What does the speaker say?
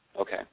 Okay